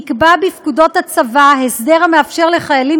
נקבע בפקודות הצבא הסדר המאפשר לחיילים